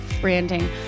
branding